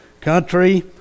country